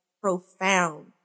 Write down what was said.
profound